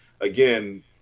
again